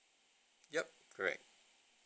yup correct